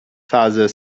father